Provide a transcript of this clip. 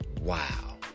wow